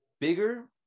Bigger